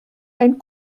ein